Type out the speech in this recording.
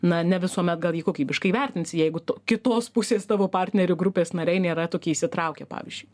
na ne visuomet gal jį kokybiškai vertinsi jeigu tu kitos pusės tavo partnerių grupės nariai nėra tokie įsitraukę pavyzdžiui